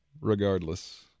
regardless